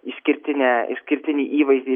išskirtinę išskirtinį įvaizdį